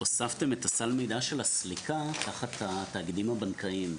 הוספתם את סל המידע של הסליקה תחת התאגידים הבנקאיים.